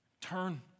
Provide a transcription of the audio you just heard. turn